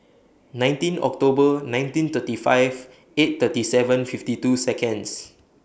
nineteen October nineteen thirty five eight thirty seven fifty two Seconds